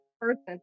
person